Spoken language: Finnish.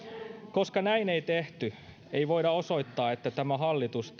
koska näin ei tehty ei voida osoittaa että tämä hallitus